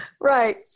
Right